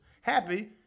happy